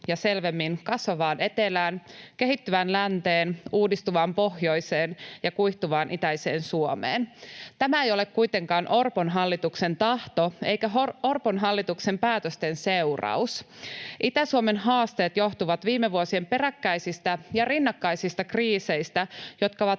ja selvemmin kasvavaan etelään, kehittyvään länteen, uudistuvaan pohjoiseen ja kuihtuvaan itäiseen Suomeen. Tämä ei ole kuitenkaan Orpon hallituksen tahto eikä Orpon hallituksen päätösten seuraus. Itä-Suomen haasteet johtuvat viime vuosien peräkkäisistä ja rinnakkaisista kriiseistä, jotka ovat